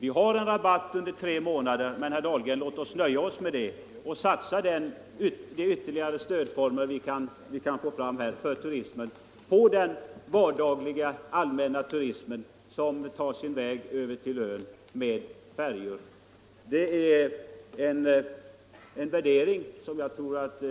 Vi har en flygrabatt under tre månader och, herr Dahlgren, låt oss nöja oss med det och i stället satsa ytterligare på stödformer för den vardagliga allmänna turismen som tar sin väg till ön med färjor. En värdering som jag tror att